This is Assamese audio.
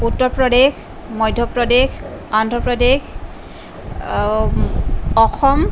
উত্তৰ প্ৰদেশ মধ্যপ্ৰদেশ অন্ধ্ৰপ্ৰদেশ অসম